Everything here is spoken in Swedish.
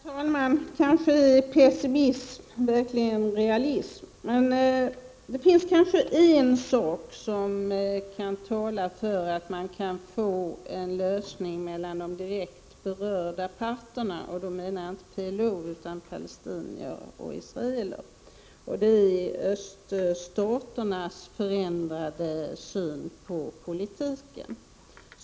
Herr talman! Kanske är pessimism verkligen realism. Men en sak kanske kan tala för en lösning mellan de direkt berörda parterna. Då menar jag inte PLO, utan palestiner och israeler. Det är öststaternas förändrade syn på politiken.